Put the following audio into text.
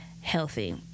healthy